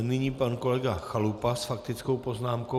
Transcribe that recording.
Nyní pan kolega Chalupa s faktickou poznámkou.